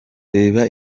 reba